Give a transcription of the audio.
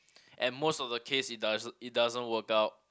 and most of the case it does it doesn't work out